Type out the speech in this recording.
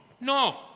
No